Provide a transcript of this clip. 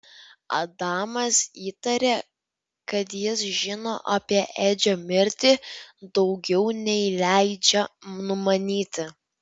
adamas įtarė kad jis žino apie edžio mirtį daugiau nei leidžia numanyti